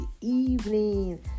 evening